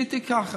עשיתי ככה.